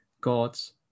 God's